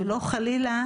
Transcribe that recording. ולא חלילה